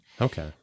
Okay